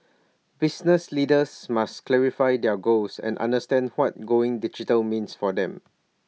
business leaders must clarify their goals and understand what going digital means for them